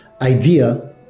idea